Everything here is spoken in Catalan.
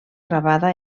gravada